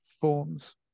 forms